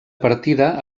partida